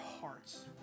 hearts